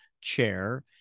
chair